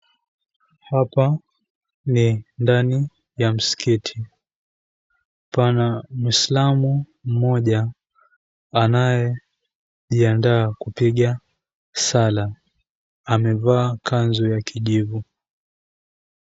Hapa ni ndani ya msikiti. Pana mwislamu mmoja anayejiandaa kupiga sala. Amevaa kanzu ya kijivu.